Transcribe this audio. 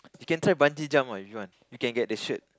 you can try bungee jump ah if you want you can get the shirt